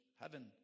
heaven